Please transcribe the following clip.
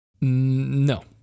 No